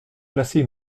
placée